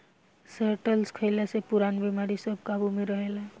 शैलटस खइला से पुरान बेमारी सब काबु में रहेला